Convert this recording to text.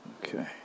Okay